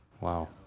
Wow